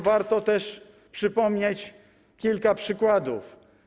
Warto też przypomnieć tu kilka przykładów.